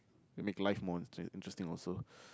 will make life more interest~ interesting also